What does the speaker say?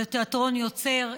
זה תיאטרון יוצר.